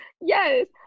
Yes